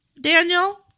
Daniel